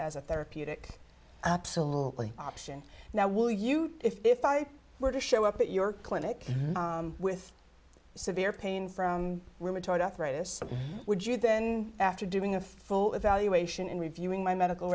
as a therapeutic absolutely option now will you if i were to show up at your clinic with severe pain from rheumatoid arthritis would you then after doing a full evaluation and reviewing my medical